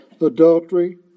adultery